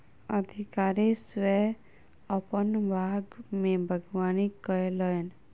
अधिकारी स्वयं अपन बाग में बागवानी कयलैन